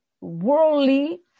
worldly